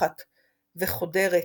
מפוכחת וחודרת,